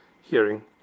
hearing